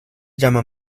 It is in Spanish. llama